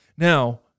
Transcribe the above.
Now